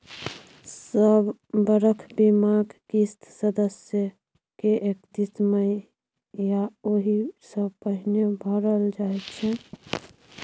सब बरख बीमाक किस्त सदस्य के एकतीस मइ या ओहि सँ पहिने भरल जाइ छै